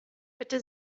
bitte